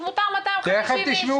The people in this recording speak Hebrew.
אז מותר 250 איש,